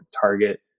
Target